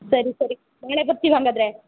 ಸರಿ ಸರಿ ನಾಳೆ ಬರ್ತೀವಿ ಹಾಗಾದ್ರೆ